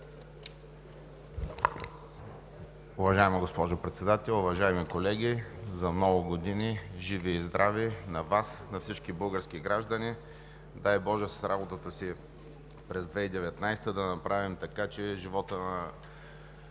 Уважаема госпожо Председател, уважаеми колеги, за много години, живи и здрави на Вас, на всички български граждани! Дай боже с работата си през 2019 г. да направим така, че животът на